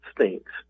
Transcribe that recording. stinks